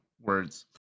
words